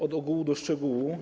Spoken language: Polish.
Od ogółu do szczegółu.